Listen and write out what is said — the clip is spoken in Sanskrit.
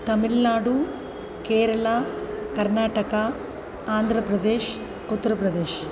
तमिल्नाडुः केरलः कर्नाटकः आन्ध्रप्रदेशः उत्तरप्रदेशः